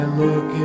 look